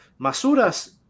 masuras